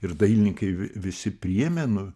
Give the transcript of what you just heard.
ir dailininkai visi priėmė nu